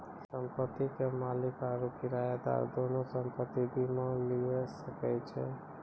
संपत्ति के मालिक आरु किरायादार दुनू संपत्ति बीमा लिये सकै छै